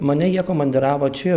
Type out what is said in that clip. mane jie komandiravo čia